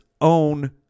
own